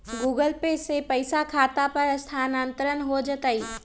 Google Pay से पईसा खाता पर स्थानानंतर हो जतई?